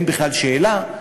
אין בכלל שאלה,